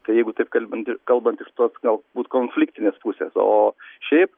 tai jeigu taip kalbinti kalbant iš tos galbūt konfliktinės pusės o šiaip